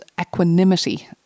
equanimity